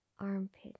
armpit